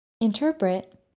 Interpret